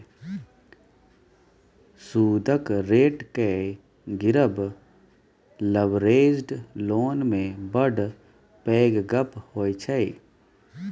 सुदक रेट केँ गिरब लबरेज्ड लोन मे बड़ पैघ गप्प होइ छै